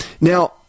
Now